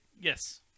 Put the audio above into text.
Yes